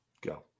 Go